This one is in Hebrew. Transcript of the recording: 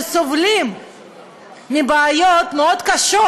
שסובלים מבעיות מאוד קשות,